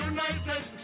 United